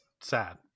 sad